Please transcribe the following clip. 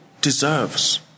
deserves